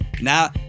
now